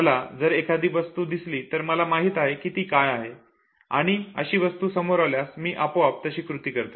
मला जर एखादी अशी वस्तू दिसली तर मला माहित असते ही काय आहे आणि अशी वस्तू समोर आल्यास मी आपोआपच तशी कृती करतो